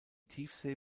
tiefsee